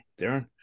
Darren